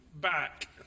back